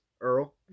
Earl